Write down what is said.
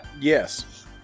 Yes